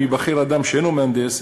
אם ייבחר אדם שאינו מהנדס,